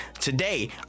today